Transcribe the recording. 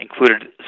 included